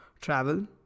travel